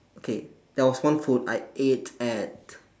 okay there was one food I ate at